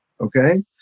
okay